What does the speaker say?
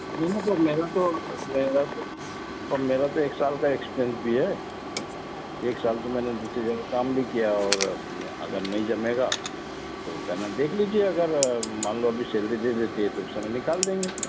नहीं मतलब मेरा तो मेरा तो पर मेरा तो एक साल का एक्सपिरियन्स भी है एक साल तो मैंने दूसरी जगह काम भी किया और अगर नहीं जमेगा तो कहना देख लीजिए अगर मान लो अभी सैलरी दे देते हैं तो उस समय निकाल देंगे